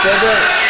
זה העונש?